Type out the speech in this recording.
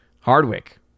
Hardwick